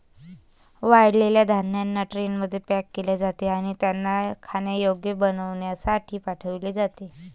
वाळलेल्या धान्यांना ट्रेनमध्ये पॅक केले जाते आणि त्यांना खाण्यायोग्य बनविण्यासाठी पाठविले जाते